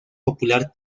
popular